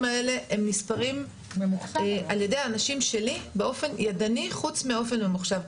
האלה נספרים על ידי האנשים שלי באופן ידני חוץ מבאופן ממוחשב.